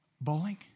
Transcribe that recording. Bowling